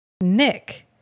Nick